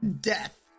Death